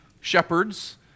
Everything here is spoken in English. shepherds